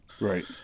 Right